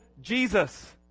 Jesus